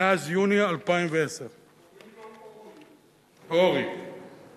מאז יוני 2010. קוראים לו אוֹרי.